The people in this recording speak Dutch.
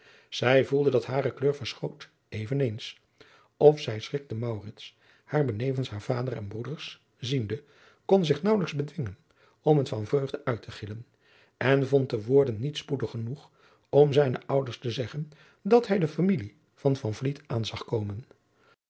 zij voelde dat hare kleur verschoot even eens of zij schrikte maurits haar benevens haar vader en broeders ziende kon zich naauwelijks bedwingen om t van vreugde uit te gillen en vond de woorden niet spoedig genoeg om zijne ouders te zeggen dat hij de familie van van vliet aan zag komen